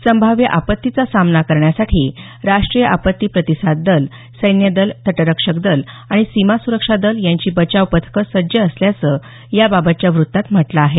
संभाव्य आपत्तीचा सामना करण्यासाठी राष्ट्रीय आपत्ती प्रतिसाद दल सैन्यदल तटरक्षक दल आणि सीमासुरक्षा दल यांची बचाव पथकं सज्ज असल्याचं याबाबतच्या वृत्तात म्हटलं आहे